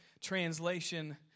Translation